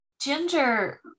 Ginger